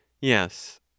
Yes